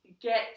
get